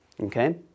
Okay